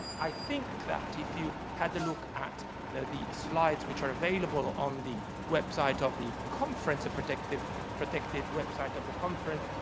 i think that if you had to look at the slides which are available on the website of the conference, the protected website of the conference,